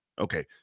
okay